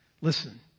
Listen